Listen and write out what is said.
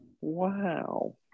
wow